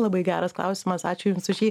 labai geras klausimas ačiū jums už jį